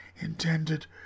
intended